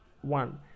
one